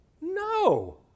No